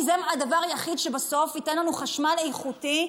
כי זה הדבר היחיד שבסוף ייתן לנו חשמל איכותי,